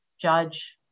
judge